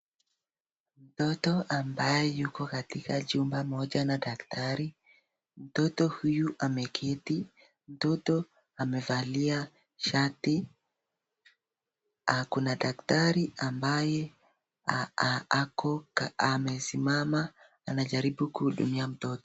Mtoto ambaye yuko katika chumba moja na daktari. Mtoto huyu ameketi. Mtoto amevalia shati. Ako na daktari ambaye ako amesimama anajaribu kuhudumia mtoto.